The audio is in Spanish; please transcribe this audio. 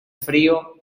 frío